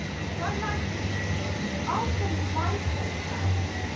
and what i'd like you to do, is after my four counts,